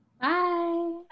Bye